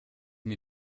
mir